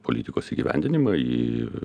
politikos įgyvendinimą į